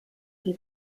die